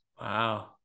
Wow